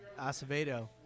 Acevedo